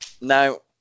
Now